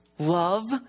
Love